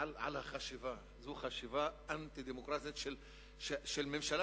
זו חשיבה אנטי-דמוקרטית של ממשלה,